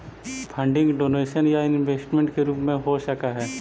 funding donation या investment के रूप में हो सकऽ हई